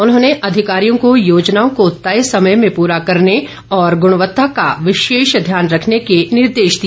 उन्होंने अधिकारियों को योजनाओं को तय समय में पूरा करने और गुणवत्ता का विशेष ध्यान रखने के निर्देश दिए